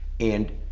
and